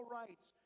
rights